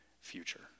future